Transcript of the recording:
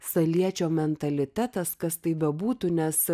saliečio mentalitetas kas tai bebūtų nes